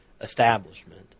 establishment